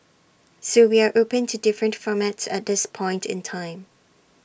so we are open to different formats at this point in time